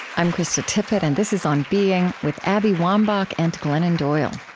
i'm krista tippett, and this is on being, with abby wambach and glennon doyle